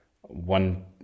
one